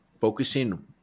focusing